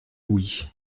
louis